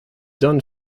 done